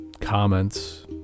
comments